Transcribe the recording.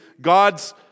God's